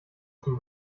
zum